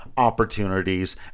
opportunities